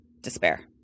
despair